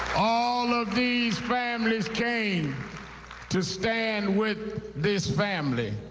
all of these families came to stand with this family,